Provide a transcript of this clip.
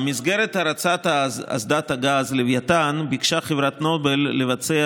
במסגרת הרצת אסדת הגז לווייתן ביקשה חברת נובל לבצע